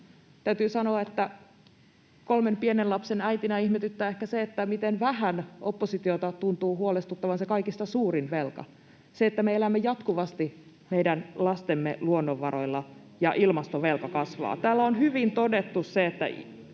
Täytyy sanoa, että kolmen pienen lapsen äitinä ihmetyttää ehkä se, miten vähän oppositiota tuntuu huolestuttavan se kaikista suurin velka, se, että me elämme jatkuvasti meidän lastemme luonnonvaroilla ja ilmastovelka kasvaa. [Mauri Peltokankaan